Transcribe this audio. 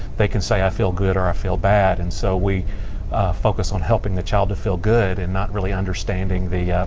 they can say i feel good or i feel bad. and, so, we focus on helping the child to feel good and not really understanding the